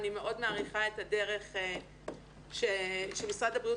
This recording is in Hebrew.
אני מאוד מעריכה את הדרך שמשרד הבריאות